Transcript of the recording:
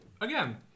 again